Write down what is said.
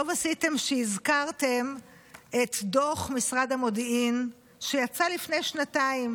טוב עשיתם שהזכרתם את דוח משרד המודיעין שיצא לפני שנתיים